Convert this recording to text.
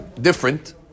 different